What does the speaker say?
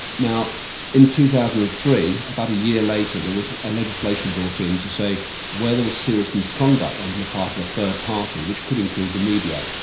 now in two thousand and three, about a year later, there was a legislation brought in to say where there was serious misconduct on the part of a third party which could include the media,